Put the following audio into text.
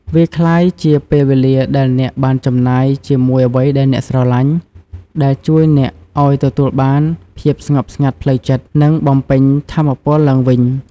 វាក្លាយជាពេលវេលាដែលអ្នកបានចំណាយជាមួយអ្វីដែលអ្នកស្រឡាញ់ ដែលជួយអ្នកឱ្យទទួលបានភាពស្ងប់ស្ងាត់ផ្លូវចិត្ត និងបំពេញថាមពលឡើងវិញ។